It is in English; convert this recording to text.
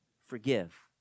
forgive